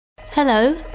Hello